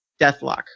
Deathlock